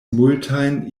multajn